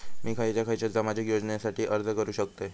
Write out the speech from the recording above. मी खयच्या खयच्या सामाजिक योजनेसाठी अर्ज करू शकतय?